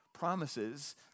promises